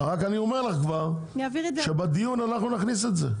רק אני אומר לך כבר שבדיון אנחנו נכניס את זה.